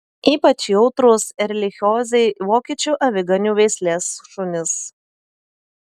ypač jautrūs erlichiozei vokiečių aviganių veislės šunys